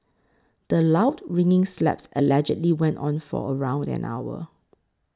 the loud ringing slaps allegedly went on for around an hour